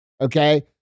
Okay